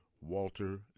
Walter